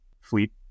fleet